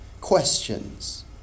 Questions